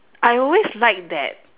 I always like that